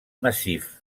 massif